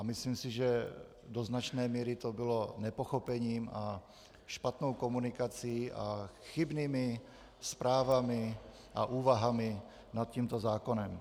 Myslím si, že do značné míry to bylo nepochopením a špatnou komunikací a chybnými zprávami a úvahami nad tímto zákonem.